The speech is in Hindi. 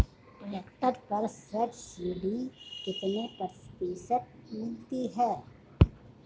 ट्रैक्टर पर सब्सिडी कितने प्रतिशत मिलती है?